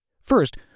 First